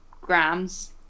grams